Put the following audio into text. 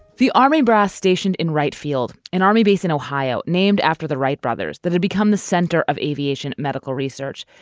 the army brass stationed in right field, an army base in ohio named after the wright brothers that had become the center of aviation medical research,